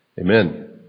Amen